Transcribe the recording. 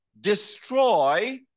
destroy